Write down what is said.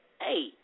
Hey